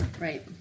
Right